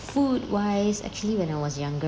food wise actually when I was younger